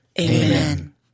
Amen